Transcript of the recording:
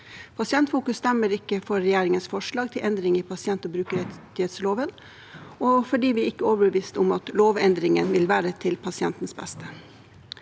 Pasientfokus stemmer ikke for regjeringens forslag til endring i pasient- og brukerrettighetsloven fordi vi ikke er overbevist om at lovendringen vil være til pasientens beste.